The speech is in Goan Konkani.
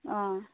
आं